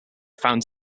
found